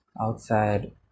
outside